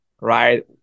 right